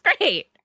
great